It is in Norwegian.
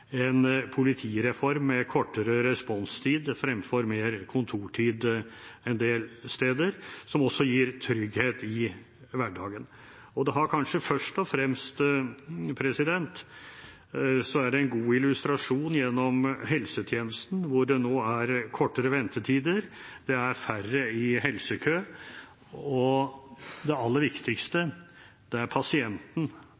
en politireform med kortere responstid fremfor mer kontortid en del steder, noe som også gir trygghet i hverdagen. Kanskje først og fremst er helsetjenesten en god illustrasjon, hvor det nå er kortere ventetider, færre i helsekø og – det aller